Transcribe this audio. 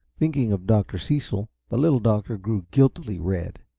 thinking of dr. cecil, the little doctor grew guiltily red.